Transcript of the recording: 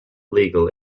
legal